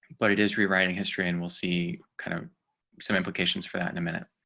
but it is rewriting history, and we'll see kind of some implications for that in a minute.